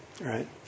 Right